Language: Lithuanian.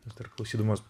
net ir klausydamos